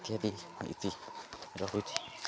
ଇତ୍ୟାଦି ଇତି ରହୁଛି